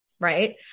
right